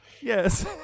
yes